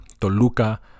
Toluca